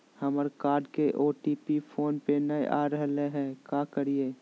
हमर कार्ड के OTP phone पे नई आ रहलई हई, का करयई?